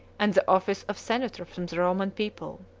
and the office of senator from the roman people.